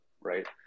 right